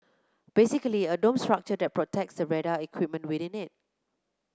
basically a dome structure that protects the radar equipment within it